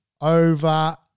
over